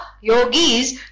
yogis